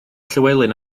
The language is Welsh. llywelyn